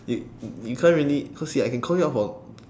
you you can't really cause you I can call you out for